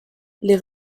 les